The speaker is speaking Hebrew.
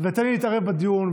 ותן לי להתערב בדיון,